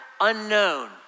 unknown